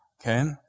okay